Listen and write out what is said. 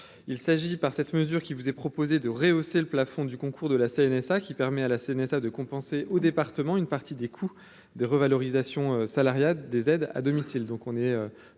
il s'agit par cette mesure qui vous est proposé de rehausser le plafond du concours de la CNSA qui permet à la CNSA de compenser aux départements une partie des coûts des revalorisations salariales. Des aides à domicile,